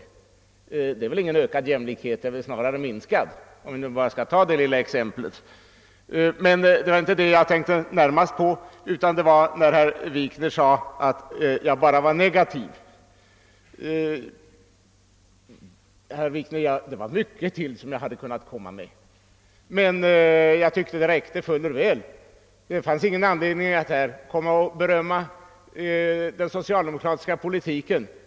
Det innebär väl ingen ökad jämlikhet utan snarare en minskad jämlikhet — om vi nu skall ta bara det lilla exemplet. Herr Wikner tyckte att jag var stygg som bara kom med negativa påpekanden och inte sade någonting positivt; jag hade inte berömt den socialdemokratiska politiken. Jag hade kunnat säga mycket mer av kritik. Men jag tyckte att vad jag sade räckte fuller väl. Det fanns ingen anledning för mig att berömma den socialdemokratiska politiken.